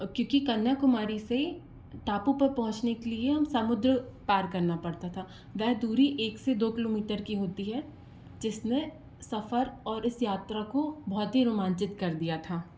क्योंकि कन्याकुमारी से टापू पर पहुँचने के लिए हम समुद्र पार करना पड़ता था वह दूरी एक से दो किलोमीटर की होती है जिसने सफर और इस यात्रा को बहुत ही रोमांचित कर दिया था